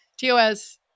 TOS